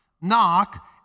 Knock